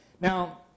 Now